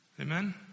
Amen